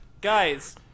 Guys